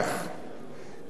"כל המשים על לבו